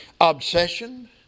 obsession